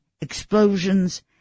explosions